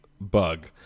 bug